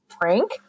prank